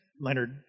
Leonard